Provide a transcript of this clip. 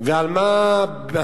ועל מה המאבק?